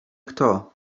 kto